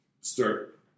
start